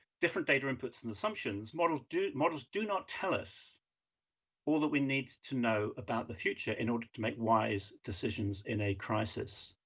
different data inputs and assumptions, models do models do not tell us all that we need to know about the future in order to make wise decisions in a crisis.